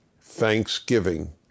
thanksgiving